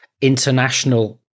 international